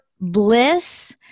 bliss